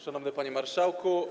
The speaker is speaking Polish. Szanowny Panie Marszałku!